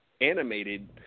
animated